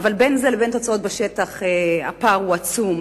אבל בין זה לבין תוצאות בשטח הפער הוא עצום.